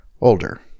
older